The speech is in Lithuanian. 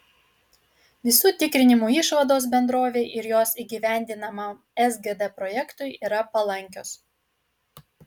visų tikrinimų išvados bendrovei ir jos įgyvendinamam sgd projektui yra palankios